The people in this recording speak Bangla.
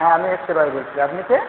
হ্যাঁ আমি এসকে রয় বলছি আপনি কে